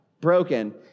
broken